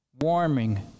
warming